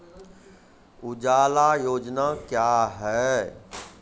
उजाला योजना क्या हैं?